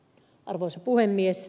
arvoisa puhemies